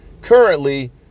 Currently